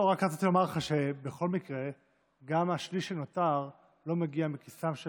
רק רציתי לומר לך שבכל מקרה גם השליש שנותר לא מגיע מכיסם של